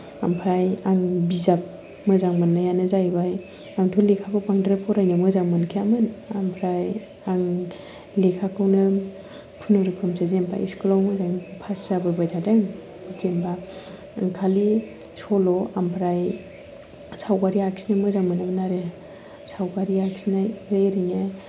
ओमफाय आं बिजाब मोजां मोन्नायानो जाहैबाय आंथ' लेखाबो बांद्राय फरायनो मोजां मोनखायामोन ओमफ्राय आं लेखाखौनो खुनुरखमसो जेनबा स्कुलाव मोजां फास जाबोबाय थादों जेनबा आं खालि सल' ओमफ्राय सावगारि आखिनो मोजां मोनोमोन आरो सावगारि आखिनानै ओरैनो